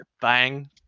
bang